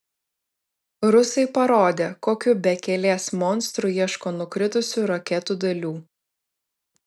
rusai parodė kokiu bekelės monstru ieško nukritusių raketų dalių